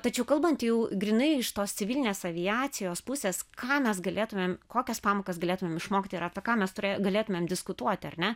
tačiau kalbant jau grynai iš tos civilinės aviacijos pusės ką mes galėtumėm kokias pamokas galėtumėm išmokti ir apie ką mes galėtumėm diskutuoti ar ne